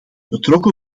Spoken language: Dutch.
betrokken